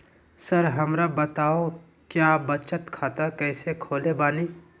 Sir हमरा बताओ क्या बचत खाता कैसे खोले बानी?